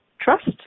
trust